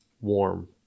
warm